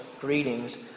greetings